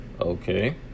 Okay